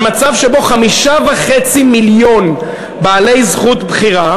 על מצב שבו 5.5 מיליון בעלי זכות בחירה